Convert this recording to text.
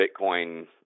Bitcoin